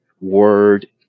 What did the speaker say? word